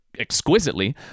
Exquisitely